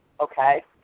okay